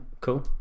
Cool